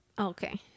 Okay